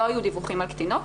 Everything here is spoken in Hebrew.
לא היו דיווחים על קטינות,